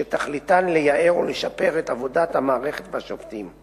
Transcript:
שתכליתן לייעל ולשפר את עבודת המערכת והשופטים.